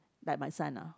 like my son ah